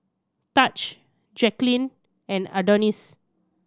Tahj Jacqueline and Adonis